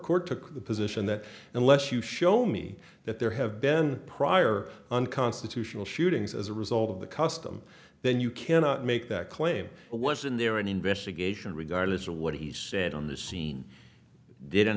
court took the position that unless you show me that there have been prior unconstitutional shootings as a result of the custom then you cannot make that claim or what's in there an investigation regardless of what he said on the scene did an